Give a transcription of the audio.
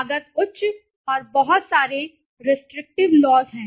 लागत उच्च और बहुत सारे रेस्ट्रिक्टिव लॉज़ हैं